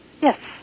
yes